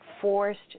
forced